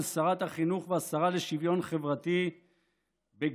שרת החינוך והשרה לשוויון חברתי בגן,